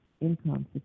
income